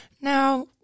Now